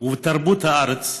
ומהתרבות של הארץ הזו,